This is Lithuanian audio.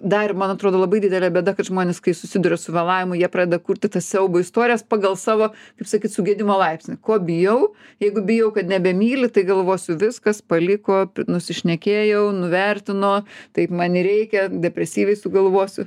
dar man atrodo labai didelė bėda kad žmonės kai susiduria su vėlavimu jie pradeda kurti tas siaubo istorijas pagal savo kaip sakyt sugedimo laipsnį ko bijau jeigu bijau kad nebemyli tai galvosiu viskas paliko nusišnekėjau nuvertino taip man ir reikia depresyviai sugalvosiu